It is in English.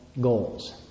goals